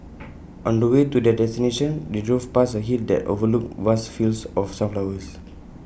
on the way to their destination they drove past A hill that overlooked vast fields of sunflowers